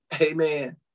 Amen